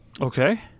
Okay